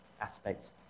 aspects